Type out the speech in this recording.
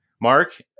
Mark